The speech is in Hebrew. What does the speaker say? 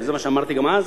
וזה מה שאמרתי גם אז,